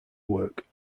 work